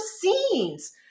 scenes